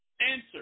Answer